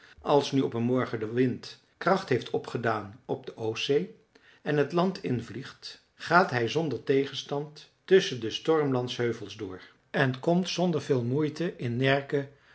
als nu op een morgen de wind kracht heeft opgedaan op de oostzee en t land invliegt gaat hij zonder tegenstand tusschen de stormlandsheuvels door en komt zonder veel moeite in närke